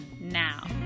now